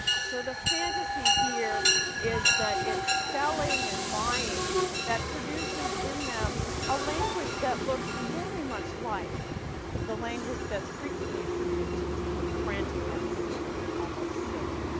so, the fantasy here is that it's selling and buying that produces in them a language that looks very much like the language that's frequently attributed to dean frantic and silly, almost silly.